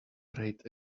rate